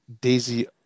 Daisy